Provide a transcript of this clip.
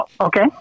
Okay